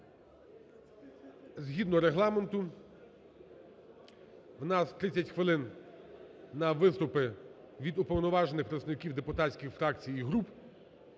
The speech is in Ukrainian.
згідно Регламенту у нас 30 хвилин на виступи від уповноважених представників депутатських фракцій і груп.